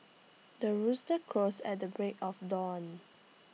the rooster crows at the break of dawn